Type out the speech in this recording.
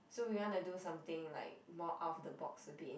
so we wanna do something like more out of the box a bit